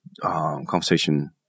conversation